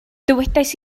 dywedais